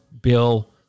Bill